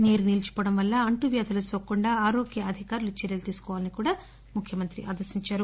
నీరు నిలిచిపోవడం వల్ల అంటువ్యాధులు నోకకుండా ఆరోగ్య అధికారులు చర్యలు తీసుకోవాలని కూడా ముఖ్యమంత్రి ఆదేశించారు